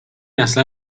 اصلا